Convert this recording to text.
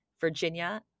Virginia